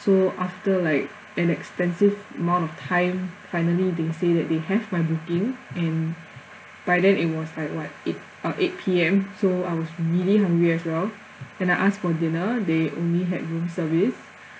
so after like an extensive amount of time finally they say that they have my booking and by then it was like what eight uh eight P_M so I was really hungry as well and I asked for dinner they only had room service